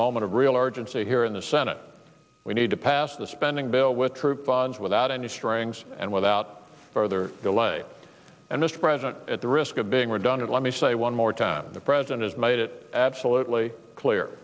moment of real urgency here in the senate we need to pass the spending bill with troop bonds without any strings and without further delay and mr president at the risk of being redundant let me say one more time the president has made it absolutely clear